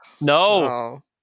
No